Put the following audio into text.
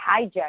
hijacked